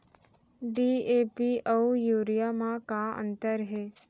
DAP अऊ urea म का अंतर हे?